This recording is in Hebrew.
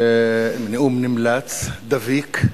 נאום נמלץ, דביק,